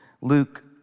Luke